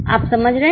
आप समझ रहे हैं